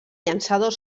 llançador